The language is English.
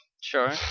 Sure